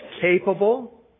capable